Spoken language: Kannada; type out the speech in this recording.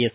ಎಸ್